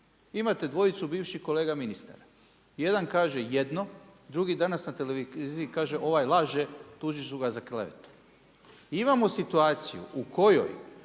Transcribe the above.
imate dvojcu bivših kolega ministara, jedan kaže jedno, drugi danas na televiziji kaže ovaj laže, tužiti ću ga za klevetu. I imamo situaciju u kojoj